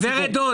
גם אנחנו.